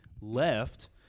left